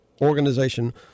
organization